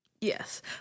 Yes